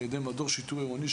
על ידי מדור שיטור עירוני,